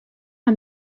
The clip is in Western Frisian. mei